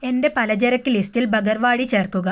എന്റെ പലചരക്ക് ലിസ്റ്റിൽ ബകർവാടി ചേർക്കുക